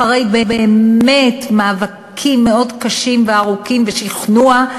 אחרי באמת מאבקים מאוד קשים וארוכים ושכנוע,